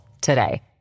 today